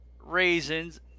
raisins